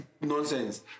nonsense